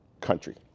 country